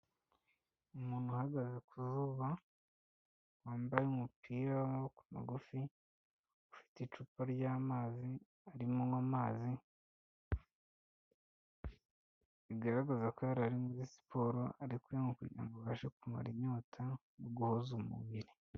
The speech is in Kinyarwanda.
Umuntu uhagaze ku zuba, wambaye umupira w'amaboko mugufi, ufite icupa ry'amazi, arimo anywa amazi, bigaragaza ko yari ari muri siporo, ari kuyanywa kugira ngo abashe kumara inyota mu guhoza umubiri.